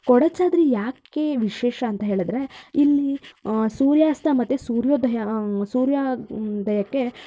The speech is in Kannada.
ಕೊಡಚಾದ್ರಿ ಯಾಕೆ ವಿಶೇಷ ಅಂತ ಹೇಳಿದ್ರೆ ಇಲ್ಲಿ ಸೂರ್ಯಾಸ್ತ ಮತ್ತು ಸೂರ್ಯೋದಯ ಸೂರ್ಯ ಉದಯಕ್ಕೆ